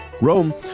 Rome